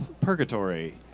purgatory